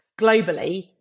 globally